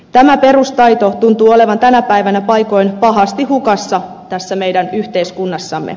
tämä perustaito tuntuu olevan tänä päivänä paikoin pahasti hukassa tässä meidän yhteiskunnassamme